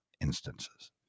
instances